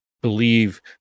believe